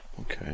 Okay